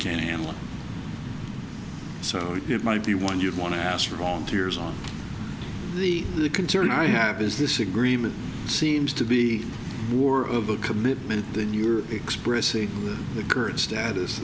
can't handle it so it might be one you'd want to ask for volunteers on the the concern i have is this agreement seems to be war of a commitment than you're expressing the current status